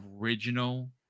original